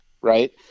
Right